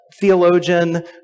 theologian